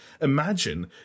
imagine